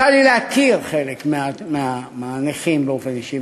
יצא לי להכיר חלק מהנכים באופן אישי,